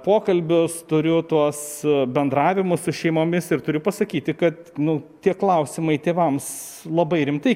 pokalbius turiu tuos bendravimus su šeimomis ir turiu pasakyti kad nu tie klausimai tėvams labai rimtai